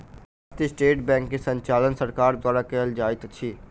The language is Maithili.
भारतीय स्टेट बैंक के संचालन सरकार द्वारा कयल जाइत अछि